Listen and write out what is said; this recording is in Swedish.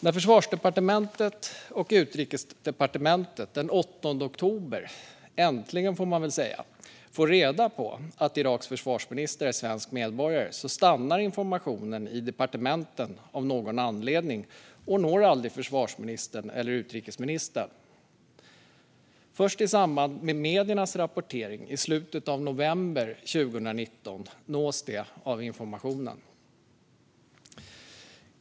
När Försvarsdepartementet och Utrikesdepartementet den 8 oktober fick reda på att Iraks försvarsminister var svensk medborgare - äntligen, får man väl säga - stannade informationen av någon anledning i departementen och nådde aldrig försvarsministern eller utrikesministern. Först i samband med mediernas rapportering i slutet av november 2019 nåddes de av informationen.